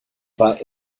war